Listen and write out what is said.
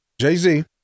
Jay-Z